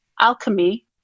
alchemy